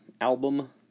album